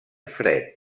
fred